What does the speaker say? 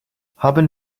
haben